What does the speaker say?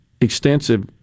extensive